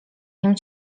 nim